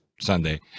Sunday